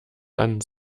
dann